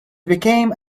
became